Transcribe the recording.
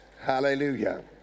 Hallelujah